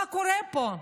מה קורה פה?